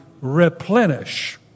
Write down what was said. replenish